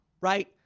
Right